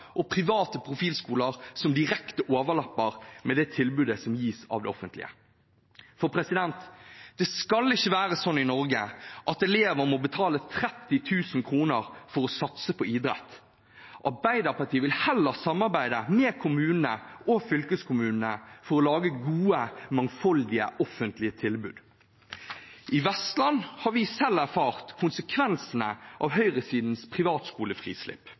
og private profilskoler der disse direkte overlapper med det tilbudet som gis av det offentlige. For det skal ikke være sånn i Norge at elever må betale 30 000 kr for å satse på idrett. Arbeiderpartiet vil heller samarbeide med kommunene og fylkeskommunene for å lage gode og mangfoldige offentlig tilbud. I Vestland har vi selv erfart konsekvensene av høyresidens privatskolefrislipp,